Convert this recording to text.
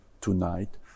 tonight